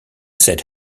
said